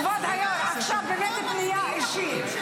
כבוד היו"ר, עכשיו באמת פנייה אישית.